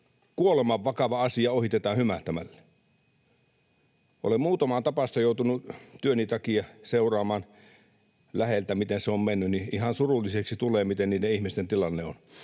kuolemanvakava asia ohitetaan hymähtämällä. Olen muutamaa tapausta joutunut työni takia seuraamaan läheltä, miten on mennyt. Ihan surulliseksi tulee, mikä niiden ihmisten tilanne on.